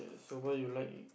so what you like